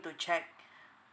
to check